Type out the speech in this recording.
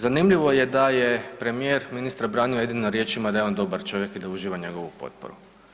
Zanimljivo je da je premijer ministra branio jedino riječima da je on dobar čovjek i da uživa njegovu potporu.